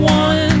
one